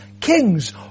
kings